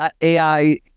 AI